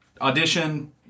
Audition